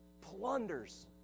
plunders